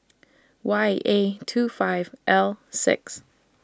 Y A two five L six